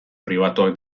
pribatuak